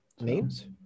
names